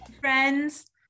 Friends